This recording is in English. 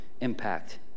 impact